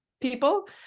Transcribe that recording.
people